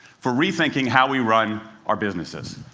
for rethinking how we run our businesses.